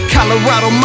Colorado